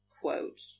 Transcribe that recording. quote